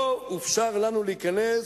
לא אופשר לנו להיכנס.